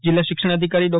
જિલ્લા શિક્ષણાધિકારી ડો